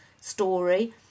story